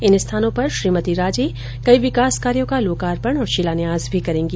इन स्थानों पर श्रीमती राजे कई विंकास कार्यो का लोकार्पण और शिलान्यास भी करेंगी